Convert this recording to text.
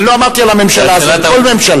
אני לא אמרתי על הממשלה הזאת, כל ממשלה.